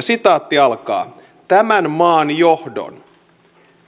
sitaatti tämän maan johdon